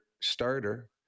starter